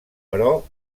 però